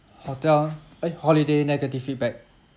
hotel eh holiday negative feedback